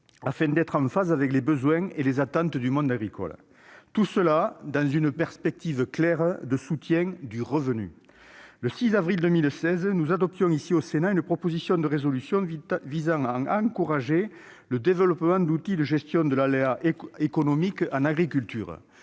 afin d'être en phase avec les besoins et les attentes du monde agricole, tout cela dans une perspective claire de soutien du revenu. Le 6 avril 2016, nous adoptions ici, au Sénat, une proposition de résolution visant à encourager le développement d'outils de gestion de l'aléa économique en agriculture.